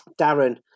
Darren